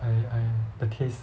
I I the taste